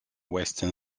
western